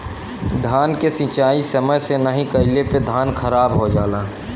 धान के सिंचाई समय से नाहीं कइले पे धान खराब हो जाला